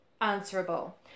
answerable